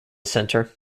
center